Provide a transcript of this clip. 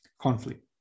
conflict